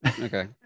Okay